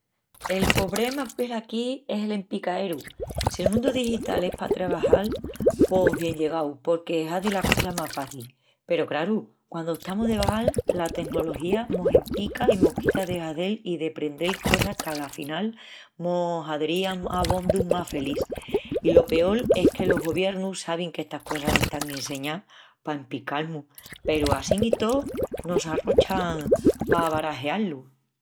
El pobrema velaquí es el empicaeru. Si el mundu digital es pa trebajal pos bienllegau porque hazi las cosas más facis. Peru craru, quandu estamus de vagal, la tenología mos empica i mos quita de hazel i deprendel cosas que ala final mos hadrían abondu más felís. I lo peol es que los goviernus sabin qu'estas cosas están inseñás pa empical-mus peru assín i tó no s'arrochan a barajeá-lu.